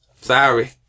Sorry